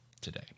today